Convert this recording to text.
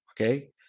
Okay